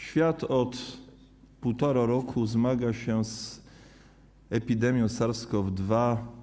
Świat od półtora roku zmaga się z epidemią SARS-CoV-2.